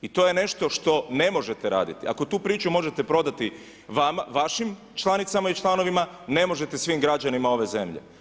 I to je nešto što ne možete raditi, ako tu priču možete prodati vašim članicama i članovima, ne možete svim građanima ove zemlje.